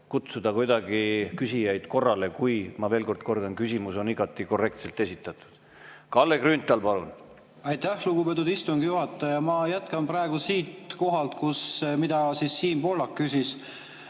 kutsuda kuidagi küsijaid korrale, kui, ma veel kord kordan, küsimus on igati korrektselt esitatud. Kalle Grünthal, palun! Aitäh, lugupeetud istungi juhataja! Ma jätkan samalt kohalt, mida Siim Pohlak küsis.